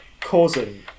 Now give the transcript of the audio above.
causing